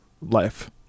life